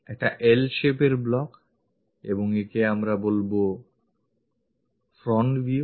একটা L shape এর block এবং একে আমরা বলতে চাইবো front view